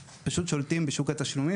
השקיעו הרבה מאוד מאמצים בשווקים כמו התעופה,